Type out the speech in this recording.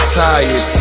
tired